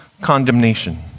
condemnation